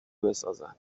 بسازند